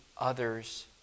others